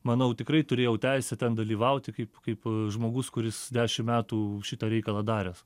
manau tikrai turėjau teisę ten dalyvauti kaip kaip žmogus kuris dešim metų šitą reikalą daręs